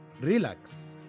relax